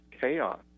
chaos